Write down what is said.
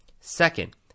second